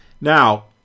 Now